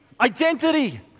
identity